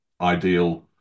ideal